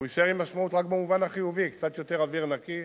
הוא יישאר עם משמעות רק במובן החיובי: קצת יותר אוויר נקי,